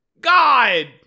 God